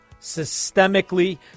systemically